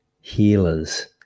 healers